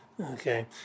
okay